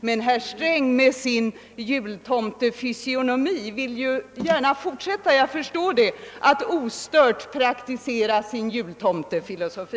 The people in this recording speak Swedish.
Herr Sträng med sin jultomtefysionomi vill gärna fortsätta att ostört praktisera sin jultomtefilosofi.